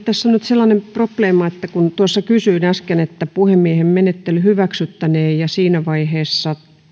tässä on nyt sellainen probleema että kun tuossa äsken kysyin että puhemiehen menettely hyväksyttäneen niin siinä vaiheessa